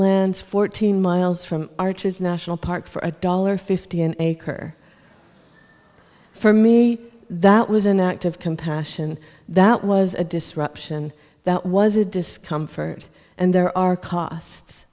lands fourteen miles from arches national park for a dollar fifty an acre for me that was an act of compassion that was a disruption that was a discomfort and there are costs